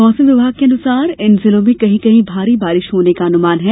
मौसम विमाग के अनुसार इन जिलों में कहीं कहीं भारी बारिश होने का अनुमान है